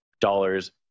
dollars